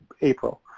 April